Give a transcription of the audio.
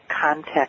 context